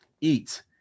Eat